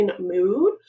mood